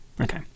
Okay